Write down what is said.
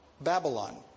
Babylon